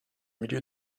milieu